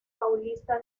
paulista